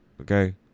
okay